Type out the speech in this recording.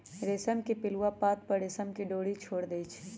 रेशम के पिलुआ पात पर रेशम के डोरी छोर देई छै